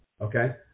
Okay